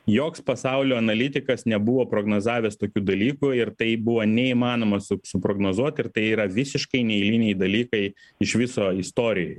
joks pasaulio analitikas nebuvo prognozavęs tokių dalykų ir tai buvo neįmanoma suprognozuot ir tai yra visiškai neeiliniai dalykai iš viso istorijoj